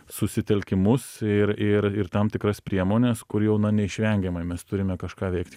susitelkimus ir ir ir tam tikras priemones kur jau na neišvengiamai mes turime kažką veikt